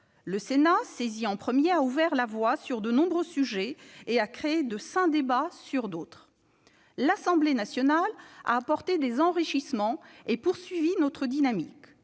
Le Sénat, saisi en premier, a ouvert la voie sur de nombreux sujets et, sur d'autres, a suscité de sains débats. L'Assemblée nationale a apporté des enrichissements et poursuivi notre dynamique.